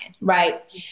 Right